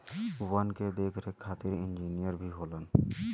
वन के देख रेख खातिर इंजिनियर भी होलन